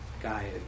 guy